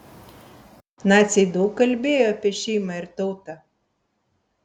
naciai daug kalbėjo apie šeimą ir tautą